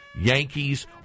Yankees